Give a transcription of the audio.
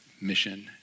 mission